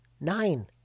Nine